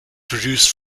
produced